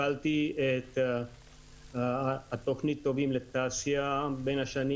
הפעלתי את התכנית "הטובים לתעשייה" בין השנים